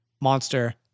monster